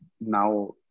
now